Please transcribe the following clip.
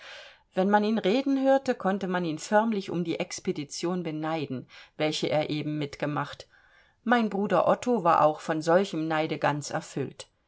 wenn man ihn reden hörte konnte man ihn förmlich um die expedition beneiden welche er eben mitgemacht mein bruder otto war auch von solchem neide ganz erfüllt